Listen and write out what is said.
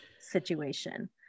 situation